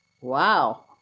Wow